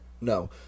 no